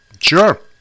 Sure